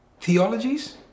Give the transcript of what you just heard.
theologies